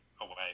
away